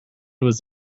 was